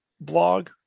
blog